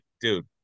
dude